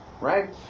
right